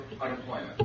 unemployment